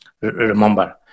remember